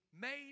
made